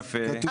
יפה.